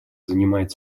занимает